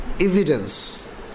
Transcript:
evidence